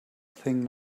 thing